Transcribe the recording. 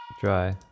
dry